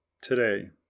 today